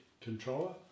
controller